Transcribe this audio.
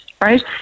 right